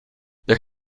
there